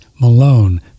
Malone